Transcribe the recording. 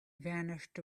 vanished